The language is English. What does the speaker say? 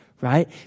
right